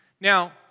Now